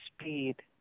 speed